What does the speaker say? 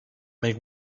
make